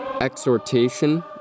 Exhortation